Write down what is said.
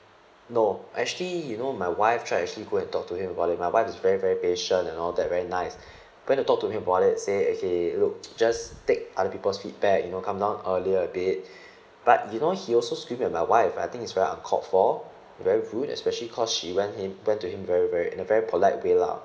no actually you know my wife try to actually go and talk to him about it my wife is very very patient and all that very nice went to talk to him about it say okay looked just take other people's feedback you know come down earlier a bit but you know he also screaming at my wife I think is where I called for very rude especially because she went him went to him very very in a very polite way lah